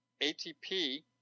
ATP